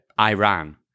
Iran